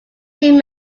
team